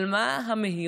על מה המהירות?